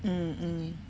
mm mm